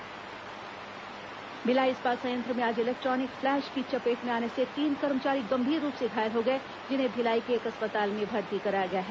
BSP हादसा भिलाई इस्पात संयंत्र में आज इलेक्ट्रॉनिक फ्लैश की चपेट में आने से तीन कर्मचारी गंभीर रूप से घायल हो गए जिन्हें भिलाई के एक अस्पताल में भर्ती कराया गया है